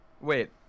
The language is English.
Wait